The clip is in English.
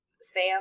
Sam